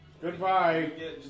Goodbye